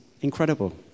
incredible